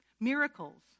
Miracles